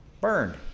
Burned